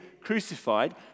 crucified